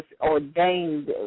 ordained